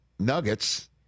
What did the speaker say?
Nuggets